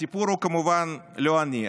הסיפור הוא, כמובן, לא אני.